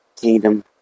kingdom